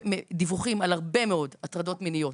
דיווחים על הרבה מאוד הטרדות מיניות,